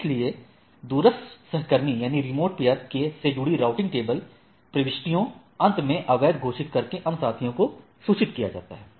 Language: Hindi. इसलिए दूरस्थ सहकर्मी से जुड़ी राउटिंग टेबल प्रविष्टियाँ अंत में अवैध घोषित करके अन्य साथियों को सूचित किया जाता है